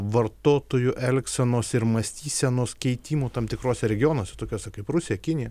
vartotojų elgsenos ir mąstysenos keitimų tam tikruose regionuose tokiuose kaip rusija kinija